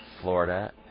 Florida